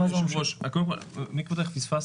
אדוני היושב-ראש, אני